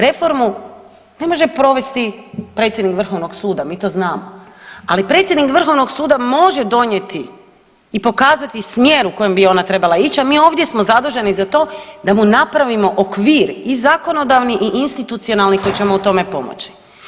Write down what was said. Reformu ne može provesti predsjednik vrhovnog suda, mi to znamo, ali predsjednik vrhovnog suda može donijeti i pokazati smjer u kojem bi ona trebala ići, a mi ovdje smo zaduženi za to da mu napravimo okvir i zakonodavni i institucionalni koji će mu u tome pomoći.